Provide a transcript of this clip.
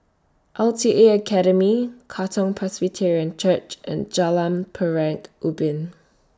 L T A Academy Katong Presbyterian Church and Jalan Ubin